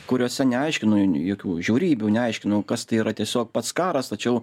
kuriuose neaiškinu jokių žiaurybių neaiškinau kas tai yra tiesiog pats karas tačiau